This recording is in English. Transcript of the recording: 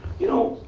you know,